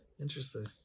Interesting